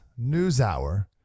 NewsHour